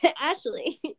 Ashley